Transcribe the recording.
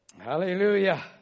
Hallelujah